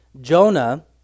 Jonah